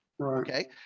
Okay